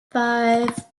five